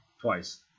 Twice